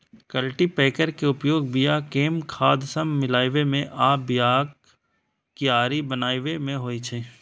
cultipacker के उपयोग बिया कें खाद सं मिलाबै मे आ बियाक कियारी बनाबै मे होइ छै